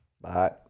bye